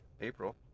April